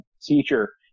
teacher